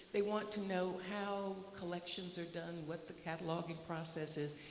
they want to know how collections are done, what the cataloging process is.